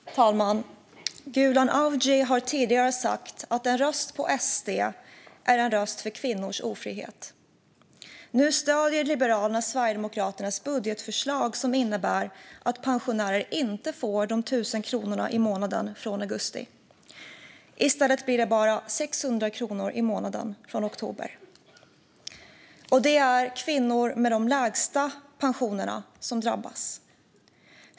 Fru talman! Gulan Avci har tidigare sagt att en röst på SD är en röst för kvinnors ofrihet. Nu stöder Liberalerna Sverigedemokraternas budgetförslag som innebär att pensionärer inte får de 1 000 kronorna extra i månaden från augusti. I stället blir det bara 600 kronor extra i månaden från oktober. Det är kvinnor med de lägsta pensionerna som drabbas.